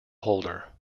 holder